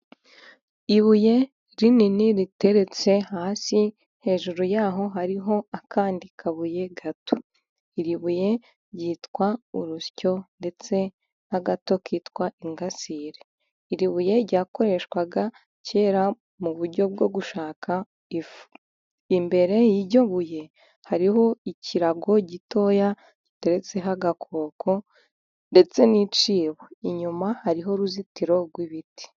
ibuye rinini riteretse hasi, hejuru yaho hariho akandi kabuye gato. Iri buye ryitwa urusyo, ndetse n'agato kitwa ingasire. Iri buye ryakoreshwaga kera mu buryo bwo gushaka ifu. Imbere y'iryo buye, hariho ikirago gitoya, giteretseho agakoko, ndetse n'icyibo. Inyuma hariho uruzitiro rw'ibiti.